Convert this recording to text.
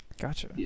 Gotcha